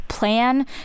plan